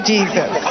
Jesus